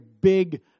big